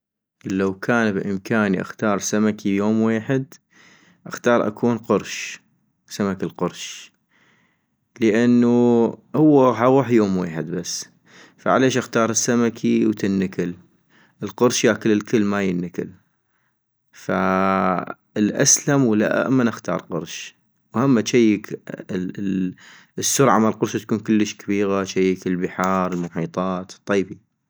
لو كان بإمكاني اختار سمكي يوم ويحد اختار اكون قرش ، سمك القرش - لانو هو غاح اغوح يوم ويحد بس ، فعليش اختار السمكي وتنكل، القرش يأكل الكل وما ينكل- فالاسلم والائمن اختار قرش، وهم اجيك ، السرعة مال قرش تكون كلش كبيغة اجيك البحار المحيطات، طيبي